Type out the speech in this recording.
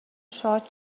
شاد